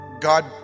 God